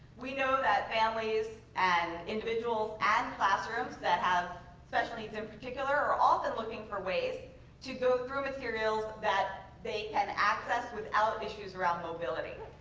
we know that families and individuals and classrooms that have special needs in particular are often looking for ways to go through materials that they can access without issues around mobility.